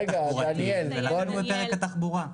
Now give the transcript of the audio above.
ולכן הוא בפרק התחבורה.